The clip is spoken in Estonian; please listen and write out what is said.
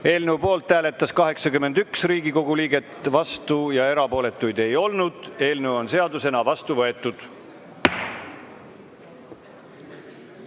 Eelnõu poolt hääletas 81 Riigikogu liiget, vastuolijaid ega erapooletuid ei olnud. Eelnõu on seadusena vastu võetud.